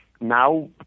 now